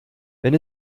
wenn